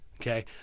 okay